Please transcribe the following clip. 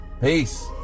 Peace